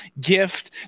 gift